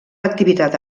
activitat